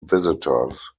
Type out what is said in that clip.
visitors